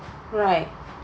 right